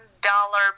dollar